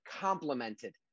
complemented